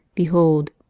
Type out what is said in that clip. behold,